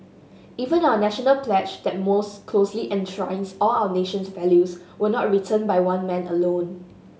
even are national pledge that most closely enshrines all our nation's values was not written by one man alone